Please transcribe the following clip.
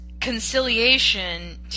conciliation